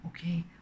okay